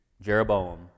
Jeroboam